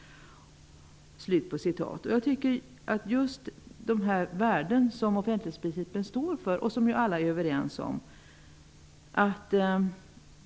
Jag tycker att vi borde se till att garantera att vi kan behålla de värden som offentlighetsprincipen står för och som alla är överens om.